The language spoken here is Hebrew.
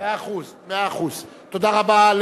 תודה רבה.